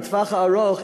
לטווח הארוך,